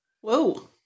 Whoa